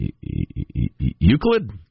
Euclid